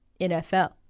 NFL